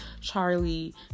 Charlie